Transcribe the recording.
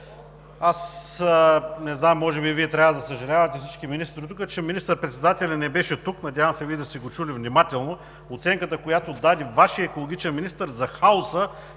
Димитров! Може би Вие трябва да съжалявате – всички министри тук, че министър-председателят не беше тук. Надявам се Вие да сте го чули внимателно – оценката, която даде Вашият екологичен министър, за хаоса